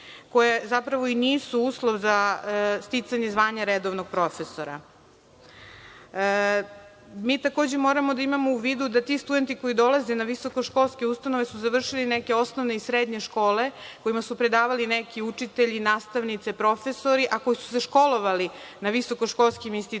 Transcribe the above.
koje zapravo i nisu uslov za sticanje zvanja redovnog profesora. Mi takođe moramo da imamo u vidu da ti studenti koji dolaze na visokoškolske ustanove su završili neke osnovne i srednje škole kojima su predavali neki učitelji, nastavnice, profesori, a koji su se školovali na visokoškolskim institucijama,